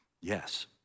yes